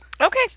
Okay